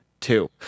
Two